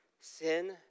sin